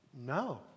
No